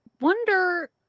wonder